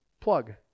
plug